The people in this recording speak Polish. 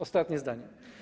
Ostatnie zdanie.